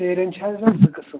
سیرٮ۪ن چھِ حظ اَسہِ زٕ قٕسٕم